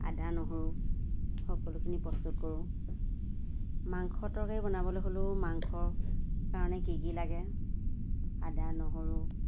আদা নহৰু সকলোখিনি প্ৰস্তুত কৰোঁ মাংস তৰকাৰি বনাবলৈ হ'লেও মাংস কাৰণে কি কি লাগে আদা নহৰু